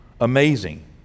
Amazing